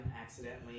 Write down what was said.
accidentally